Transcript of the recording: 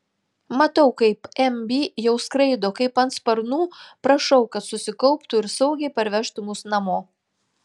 matau kaip mb jau skraido kaip ant sparnų prašau kad susikauptų ir saugiai parvežtų mus namo